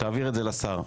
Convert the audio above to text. תעביר את זה לשר.